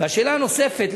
השאלה הנוספת,